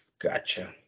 Gotcha